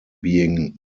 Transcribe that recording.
being